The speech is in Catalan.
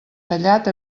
tallat